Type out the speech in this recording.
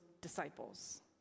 disciples